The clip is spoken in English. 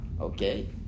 Okay